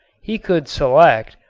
he could select,